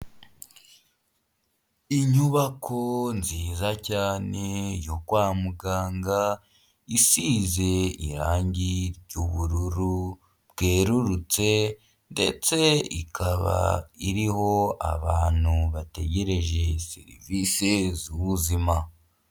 Inyubako nziza cyane yo kwa muganga isize irangi ry'ubururu bwerurutse, ndetse ikaba iriho abantu bategereje serivise z'ubuzima.